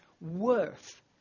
worth